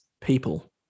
people